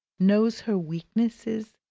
knows her weaknesses,